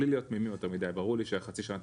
בלי להיות תמימים יותר מדי ברור לי שחצי שנה